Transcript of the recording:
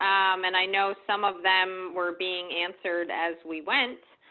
um and i know some of them were being answered as we went.